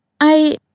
I